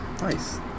Nice